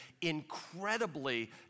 incredibly